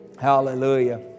Hallelujah